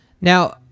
Now